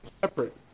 separate